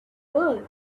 world